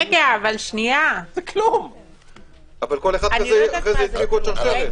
כל אחד מזה אחרי זה הדביק שרשרת.